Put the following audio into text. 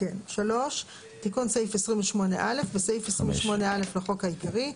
תיקון סעיף 28א 5. בסעיף 28א לחוק העיקרי,